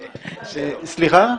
סליחה,